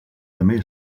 també